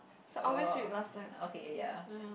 oh okay ya